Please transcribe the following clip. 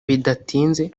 bidatinze